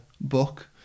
book